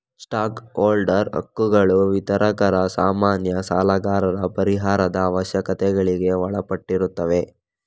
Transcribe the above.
stock holder ಹಕ್ಕುಗಳು ವಿತರಕರ, ಸಾಮಾನ್ಯ ಸಾಲಗಾರರ ಪರಿಹಾರದ ಅವಶ್ಯಕತೆಗಳಿಗೆ ಒಳಪಟ್ಟಿರುತ್ತವೆ